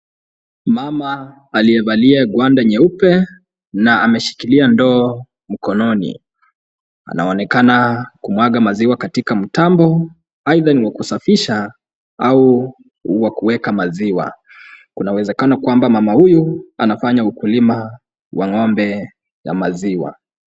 Mama aliyevalia gwanda nyeupe na ameshikilia ndoo mkononi anaonekana kumwaga maziwa katika mtambo aidha ni wakusafisha au wa kuweka maziwa. Kuna uwezekano kwamba mama huyu anafanya ukulima wa ng'ombe ya maziwa.